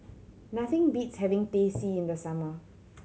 nothing beats having Teh C in the summer